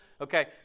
Okay